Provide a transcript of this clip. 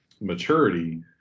maturity